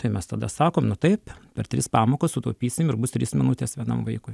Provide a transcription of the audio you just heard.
tai mes tada sakom nu taip per tris pamokas sutaupysim ir bus trys minutės vienam vaikui